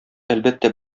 әлбәттә